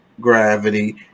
gravity